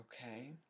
Okay